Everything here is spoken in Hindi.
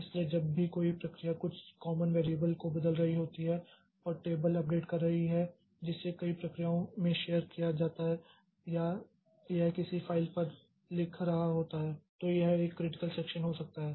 इसलिए जब भी कोई प्रक्रिया कुछ कामन वेरियबल को बदल रही होती है और टेबल अपडेट कर रही है जिसे कई प्रक्रियाओं में शेयर किया जाता है या यह किसी फ़ाइल पर लिख रहा होता है तो यह एक क्रिटिकल सेक्षन हो सकता है